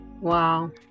Wow